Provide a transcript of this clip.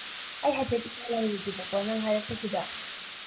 ꯑꯩ ꯍꯥꯏꯐꯦꯠ ꯏꯁꯜꯍꯧꯒꯦꯕꯀꯣ ꯅꯪ ꯍꯥꯏꯔꯛꯄꯁꯤꯗ